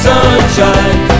Sunshine